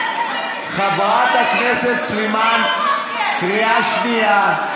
חברת הכנסת סלימאן, קריאה שנייה.